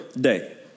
day